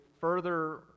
further